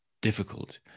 difficult